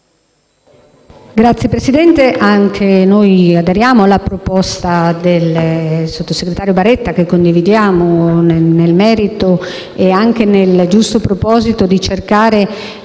Signor Presidente, anche noi aderiamo alla proposta del sottosegretario Baretta, che condividiamo nel merito e anche nel giusto proposito di cercare